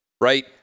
right